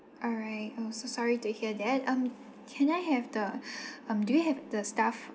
alright oh so sorry to hear that um can I have the um do you have the staff